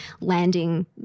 landing